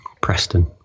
Preston